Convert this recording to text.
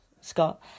Scott